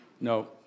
No